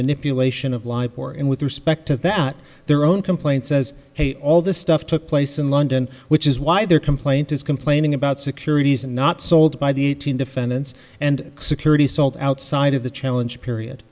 manipulation of lie poor and with respect to that their own complaint says hey all this stuff took place in london which is why their complaint is complaining about securities and not sold by the eighteen defendants and security sold outside of the challenge period